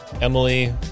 Emily